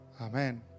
Amen